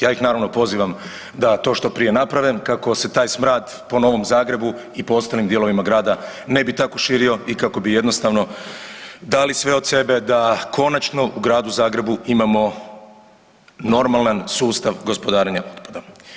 Ja ih naravno pozivam da to što prije naprave kako se taj smrad po Novom Zagrebu i po ostalim dijelovima grada ne bi tako širio i kako bi jednostavno dali sve od sebe da konačno u Gradu Zagrebu imamo normalan sustav gospodarenja otpadom.